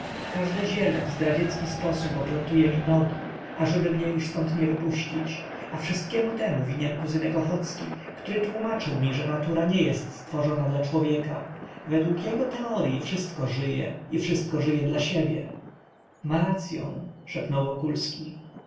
każde ziele w zdradziecki sposób oplątuje mi nogi ażeby mnie już ztąd nie wypuścić a wszystkiemu temu winien kuzynek ochocki który tłómaczył mi że natura nie jest stworzona dla człowieka według jego teoryi wszystko żyje i wszystko żyje dla siebie ma racyą szepnął wokulski